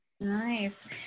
Nice